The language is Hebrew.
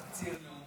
תקציר נאום